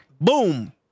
Boom